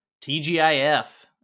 TGIF